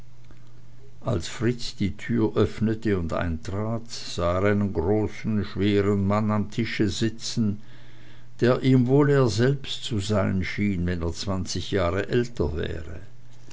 als fritz die tür öffnete und eintrat sah er einen großen schweren mann am tische sitzen der ihm wohl er selbst zu sein schien wenn er zwanzig jahre älter wäre